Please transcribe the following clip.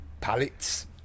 pallets